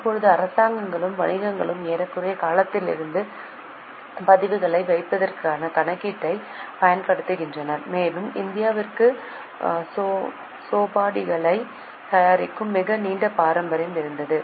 இப்போது அரசாங்கங்களும் வணிகர்களும் ஏறக்குறைய காலத்திலிருந்தே பதிவுகளை வைத்திருப்பதற்கான கணக்கீட்டைப் பயன்படுத்துகின்றனர் மேலும் இந்தியாவுக்கு சோபாடிகளைத் தயாரிக்கும் மிக நீண்ட பாரம்பரியம் இருந்தது